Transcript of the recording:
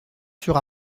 sur